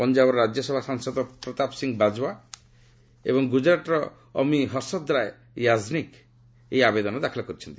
ପଞ୍ଜାବର ରାଜ୍ୟସଭା ସାଂସଦ ପ୍ରତାପ ସିଂହ ବାଜ୍ୱା ଏବଂ ଗୁଜରାଟ୍ର ଅମୀ ହର୍ଷଦ୍ରାୟ ୟାକ୍ନିକ୍ ଏହି ଆବେଦନ ଦାଖଲ କରିଛନ୍ତି